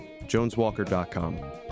JonesWalker.com